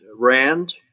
RAND